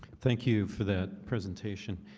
thank you for that presentation.